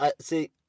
See